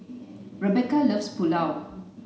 Rebecca loves Pulao